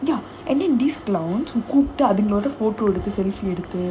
ya and then this clown photo எடுத்து:eduthu